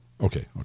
okay